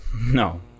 No